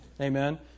Amen